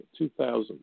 2,000